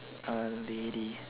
ability